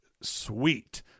sweet